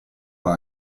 alla